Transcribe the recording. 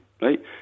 right